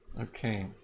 Okay